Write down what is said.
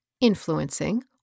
influencing